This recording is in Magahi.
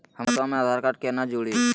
हमर खतवा मे आधार कार्ड केना जुड़ी?